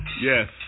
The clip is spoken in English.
Yes